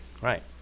Right